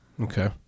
Okay